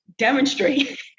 demonstrate